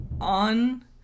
on